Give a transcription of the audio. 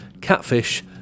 catfish